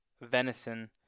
venison